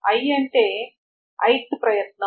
i అంటే ఏమిటి ఇది ith ప్రయత్నం